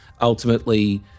ultimately